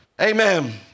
Amen